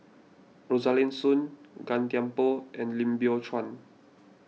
Rosaline Soon Gan Thiam Poh and Lim Biow Chuan